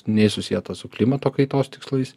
nei susieta su klimato kaitos tikslais